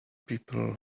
people